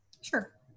Sure